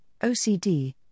OCD